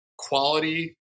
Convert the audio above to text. Quality